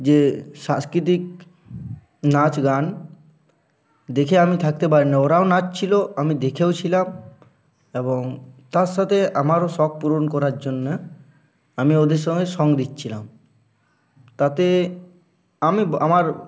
যে সাংস্কৃতিক নাচ গান দেখে আমি থাকতে পারি নি ওরাও নাচ ছিলো আমি দেখেও ছিলাম এবং তার সাথে আমারও শখ পূরণ করার জন্যে আমি ওদের সঙ্গে সং দিচ্ছিলাম তাতে আমি আমার